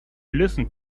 listened